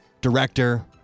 Director